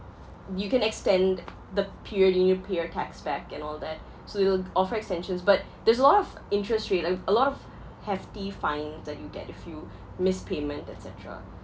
you can extend the period in you pay your tax back and all that so it'll offer extensions but there's a lot of interest rate like a lot of hefty fines that you get if you miss payment etcetera